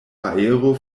aero